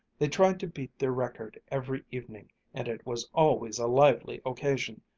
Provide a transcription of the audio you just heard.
they tried to beat their record every evening and it was always a lively occasion,